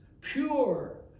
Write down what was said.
pure